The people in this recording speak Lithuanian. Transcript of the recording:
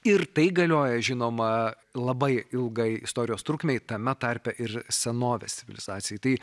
ir tai galioja žinoma labai ilgai istorijos trukmei tame tarpe ir senovės civilizacijai tai